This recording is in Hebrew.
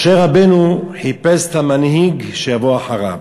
משה רבנו חיפש את המנהיג שיבוא אחריו,